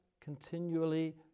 continually